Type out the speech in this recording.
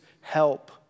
help